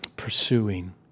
pursuing